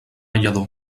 lladó